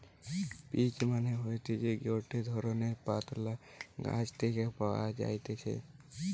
peach মানে হতিছে গটে ধরণের পাতলা গাছ থেকে পাওয়া যাইতেছে